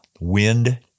wind